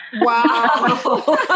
Wow